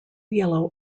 yellow